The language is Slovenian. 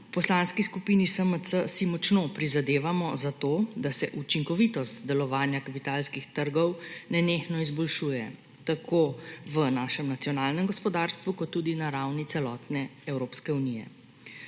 Poslanski skupini SMC si močno prizadevamo za to, da se učinkovitost delovanja kapitalskih trgov nenehno izboljšuje tako v našem nacionalnem gospodarstvu kot tudi na ravni celotne Evropske unije.